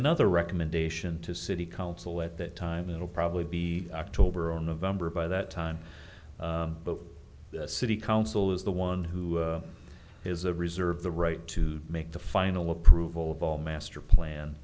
another recommendation to city council at that time it'll probably be october or november by that time but the city council is the one who has a reserve the right to make the final approval of all master plan